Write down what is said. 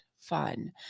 fun